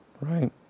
Right